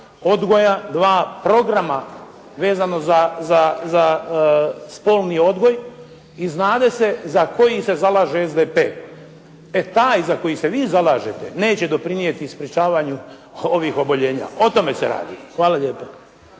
odgoja, dva programa vezano za spolni odgoj i znade se za koji se zalaže SDP. E taj za koji se vi zalažete neće doprinijeti sprječavanju ovih oboljenja. O tome se radi. Hvala lijepa.